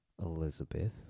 Elizabeth